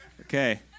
Okay